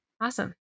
Awesome